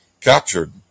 captured